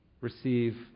receive